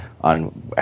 on